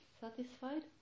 satisfied